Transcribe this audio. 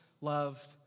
loved